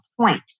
point